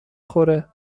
خوره